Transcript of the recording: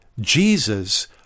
Jesus